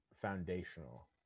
foundational